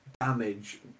damage